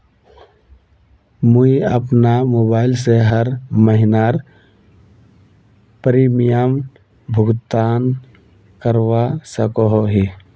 मुई अपना मोबाईल से हर महीनार प्रीमियम भुगतान करवा सकोहो ही?